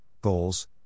goals